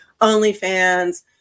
OnlyFans